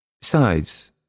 Besides